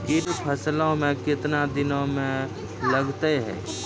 कीट फसलों मे कितने दिनों मे लगते हैं?